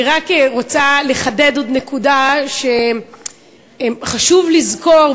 אני רק רוצה לחדד עוד נקודה: חשוב לזכור,